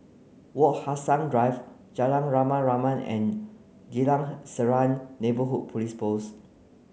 Wak Hassan Drive Jalan Rama Rama and Geylang Serai Neighbourhood Police Post